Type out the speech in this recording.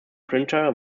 printer